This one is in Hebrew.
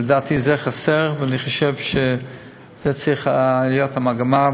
לדעתי, זה חסר, ואני חושב שזו צריכה להיות המגמה.